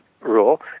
rule